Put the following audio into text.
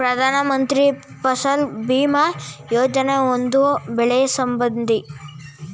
ಪ್ರಧಾನ ಮಂತ್ರಿ ಫಸಲ್ ಭೀಮಾ ಯೋಜನೆ, ಒಂದು ಬೆಳೆ ಸಂಬಂಧಿ ವಿಮೆಯಾಗಿದೆ